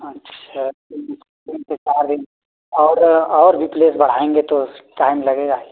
अच्छा तो तीन से चार दिन और और भी प्लेस बढ़ाएँगे तो टाइम लगेगा